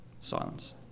silence